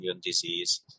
disease